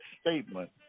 statement